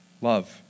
Love